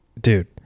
dude